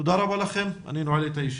תודה רבה לכם, אני נועל את הישיבה.